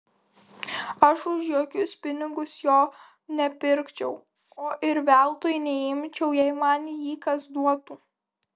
aš už jokius pinigus jo nepirkčiau o ir veltui neimčiau jei man jį kas duotų